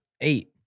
Eight